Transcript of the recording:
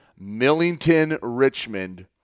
Millington-Richmond